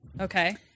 Okay